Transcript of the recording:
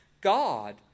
God